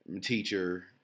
teacher